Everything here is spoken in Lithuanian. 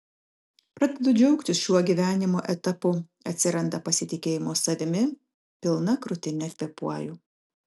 pradedu džiaugtis šiuo gyvenimo etapu atsiranda pasitikėjimo savimi pilna krūtine kvėpuoju